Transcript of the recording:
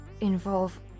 involve